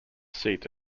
seat